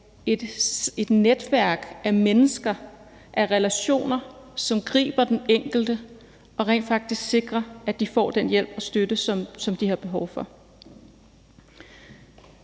et netværk af mennesker, af relationer, som griber den enkelte og rent faktisk sikrer, at de får den hjælp og støtte, som de har behov for.